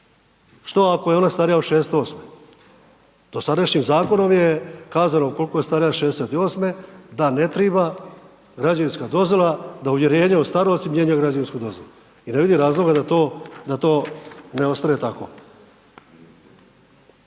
Što ako je ona starija od 68.? Dosadašnjim zakonom je kazano ukoliko je starija od 68. da ne treba građevinska dozvola, da uvjerenje o starosti mijenja građevinsku dozvolu i ne vidim razloga da to ne ostane tako.